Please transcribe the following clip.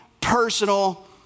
personal